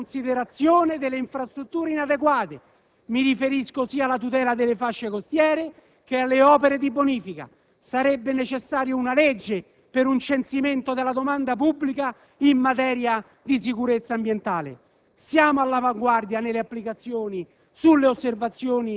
Non è solo Kyoto il problema, ma anche una riconsiderazione delle infrastrutture inadeguate: mi riferisco sia alla tutela delle fasce costiere che alle opere di bonifica. Sarebbe necessaria una legge per un censimento della domanda pubblica in materia di sicurezza ambientale.